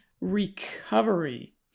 recovery